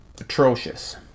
atrocious